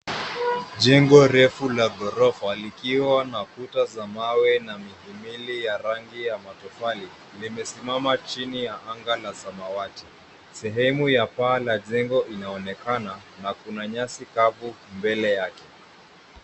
Jengo refu la ghorofa likiwa na kuta za mawe na miti mbili ya rangi ya matofali limesimama chini ya anga la samawati , sehemu ya paa la jengo inaonekana na kuna nyasi kavu mbele yake.